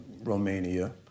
Romania